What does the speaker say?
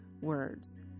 words